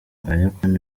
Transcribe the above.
abayapani